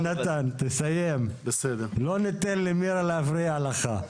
כן, נתן, תסיים, לא ניתן למירה להפריע לך.